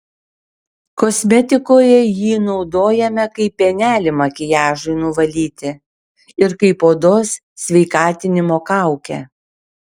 kosmetikoje jį naudojame kaip pienelį makiažui nuvalyti ir kaip odos sveikatinimo kaukę